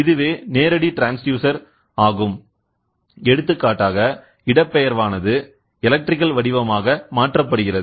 இதுவே நேரடி ட்ரான்ஸ்டியூசர் ஆகும் எடுத்துக்காட்டாக இடப்பெயர்வானதுஎலக்ட்ரிக்கல் வடிவமாக மாற்றப்படுகிறது